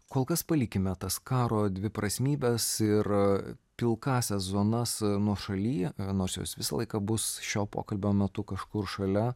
kol kas palikime tas karo dviprasmybes ir pilkąsias zonas nuošaly nors jos visą laiką bus šio pokalbio metu kažkur šalia